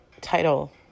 title